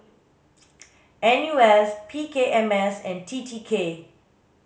N U S P K M S and T T K